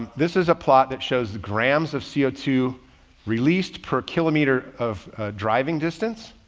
this is a plot that shows the grams of c o two released per kilometer of driving distance.